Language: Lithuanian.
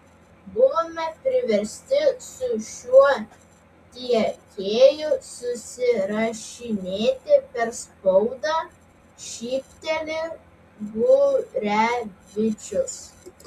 buvome priversti su šiuo tiekėju susirašinėti per spaudą šypteli gurevičius